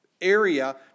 area